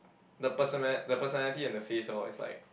the persona~ the personality and the face lor is like